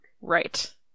Right